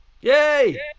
yay